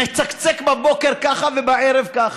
נצקצק בבוקר ככה ובערב ככה.